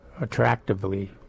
attractively